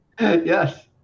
Yes